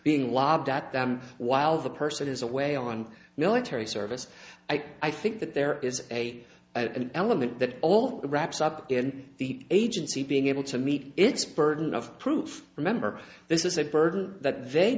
being lobbed at them while the person is away on military service i think that there is a an element that all wraps up in the agency being able to meet its burden of proof remember this is a burden that they